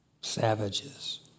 savages